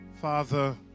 father